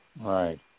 Right